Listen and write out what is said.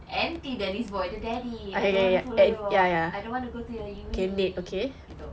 anti daddy's boy dia daddy I don't want to follow you all I don't want to go to your uni gitu